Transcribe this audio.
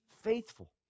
faithful